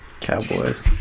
Cowboys